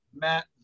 Matt